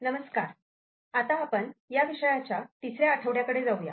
नमस्कार आता आपण या विषयांच्या तिसऱ्या आठवड्याकडे जाऊया